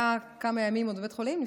הוא היה כמה ימים בבית חולים ונפטר.